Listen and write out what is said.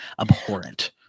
abhorrent